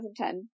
2010